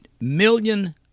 million